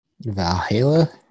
valhalla